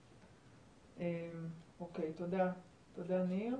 אוקיי, תודה, ניר.